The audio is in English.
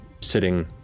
sitting